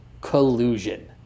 collusion